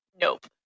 nope